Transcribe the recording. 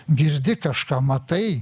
girdi kažką matai